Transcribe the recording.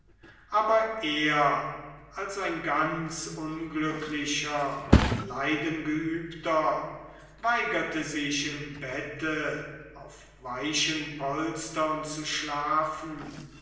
aber er als ein ganz unglücklicher leidengeübter weigerte sich im bette auf weichen polstern zu schlafen